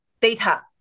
data